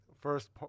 First